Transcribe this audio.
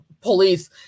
police